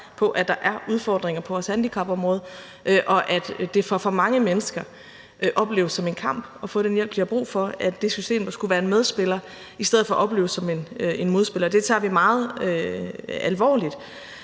på, at der er udfordringer på vores handicapområde, og at det for for mange mennesker opleves som en kamp at få den hjælp, de har brug for, altså at det system, der skulle være en medspiller, i stedet for opleves som en modspiller. Det tager vi meget alvorligt.